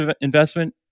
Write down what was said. investment